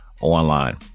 online